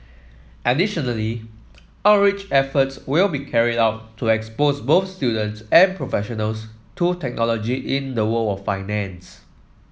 additionally outreach efforts will be carried out to expose both students and professionals to technology in the world of finance